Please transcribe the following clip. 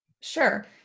Sure